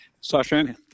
Sasha